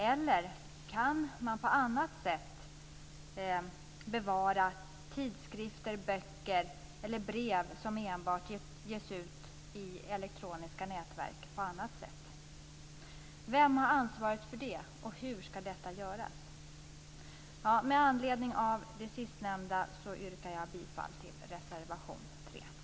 Eller kan man på annat sätt bevara tidskrifter, böcker eller brev som endast ges ut i elektroniska nätverk på annat sätt? Vem har ansvaret för det och hur ska detta göras? Med anledning av det sistnämnda yrkar jag bifall till reservation nr 3.